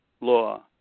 Law